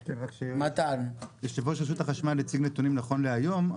מתן --- יו"ר רשות החשמל הציג נתונים נכון להיום.